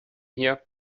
here